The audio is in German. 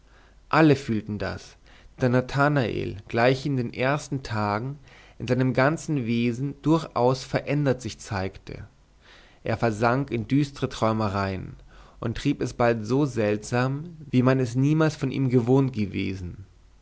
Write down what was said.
alle fühlten das da nathanael gleich in den ersten tagen in seinem ganzen wesen durchaus verändert sich zeigte er versank in düstre träumereien und trieb es bald so seltsam wie man es niemals von ihm gewohnt gewesen